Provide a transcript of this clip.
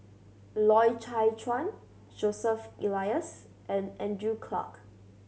Loy Chye Chuan Joseph Elias and Andrew Clarke